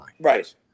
right